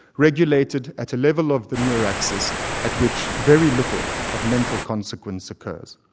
regulated at a level of the neuraxis at which very little of mental consequence occurs.